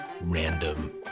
random